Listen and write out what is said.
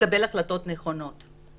לקבל החלטות נכונות.